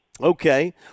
Okay